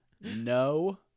no